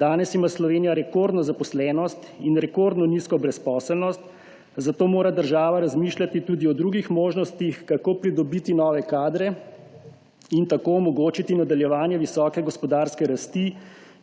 Danes ima Slovenija rekordno zaposlenost in rekordno nizko brezposelnost, zato mora država razmišljati tudi o drugih možnostih, kako pridobiti nove kadre in tako omogočiti nadaljevanje visoke gospodarske rasti,